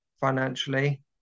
financially